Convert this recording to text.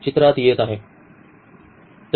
चित्रात येत आहे